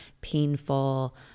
painful